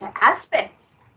aspects